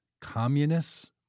communists